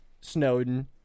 Snowden